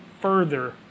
further